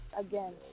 again